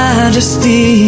Majesty